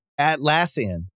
Atlassian